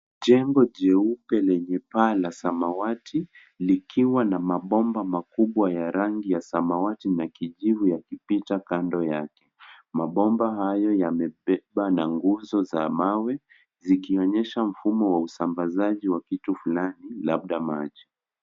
Jengo jeupe lenye paa la samawati likiwa na mabomba makubwa ya rangi ya samawati na kijivu yakipita kando yake. Mabomba hayo yamebeba na nguzo za mawe zikionyesha mfumo wa usambazaji wa kitu fulani, labda maji.